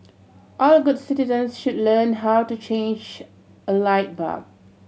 all good citizens should learn how to change a light bulb